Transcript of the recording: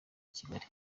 kigali